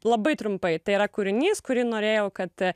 labai trumpai tai yra kūrinys kurį norėjau kad